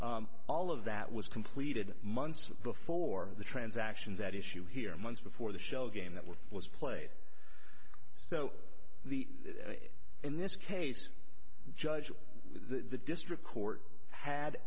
this all of that was completed months before the transactions at issue here months before the shell game that we was played so the in this case judge the district court had